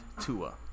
Tua